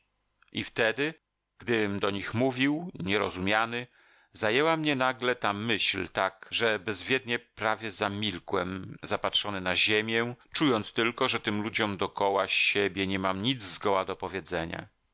i wtedy gdym do nich mówił nierozumiany zajęła mnie nagle ta myśl tak że bezwiednie prawie zamilkłem zapatrzony na ziemię czując tylko że tym ludziom dokoła siebie nie mam nic zgoła do powiedzenia